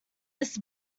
this